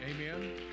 Amen